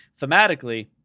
Thematically